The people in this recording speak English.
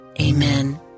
Amen